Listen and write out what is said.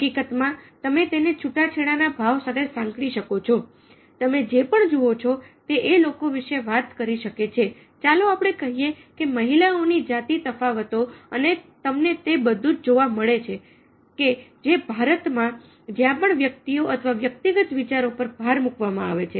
હકીકતમાં તમે તેને છુટાછેડા ના ભાવ સાથે સાંકળી શકો છો તમે જે પણ જુઓ છો તે આ લોકો વિશે વાત કરી શકે છે ચાલો આપણે કહીએ કે મહિલાઓ ની જાતી તફાવતો અને તમને તે બધું જ જોવા મળે છે કે જે ભારતમાં જ્યાં પણ વ્યક્તિઓ અથવા વ્યક્તિગત વિચારો પર ભાર મૂકવામાં આવે છે